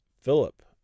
Philip